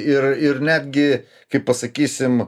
ir ir netgi kai pasakysim